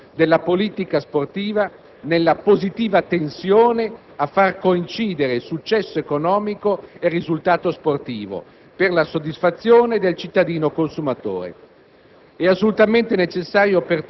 Il calcio professionistico ha assunto una dimensione economica che sarebbe grave sottovalutare. Impegna migliaia di addetti, intrattiene stretti legami con il sistema delle comunicazioni e con la Borsa.